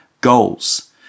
goals